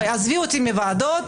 עזבי אותי מוועדות.